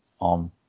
on